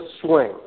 swing